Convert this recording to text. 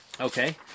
okay